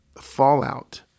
fallout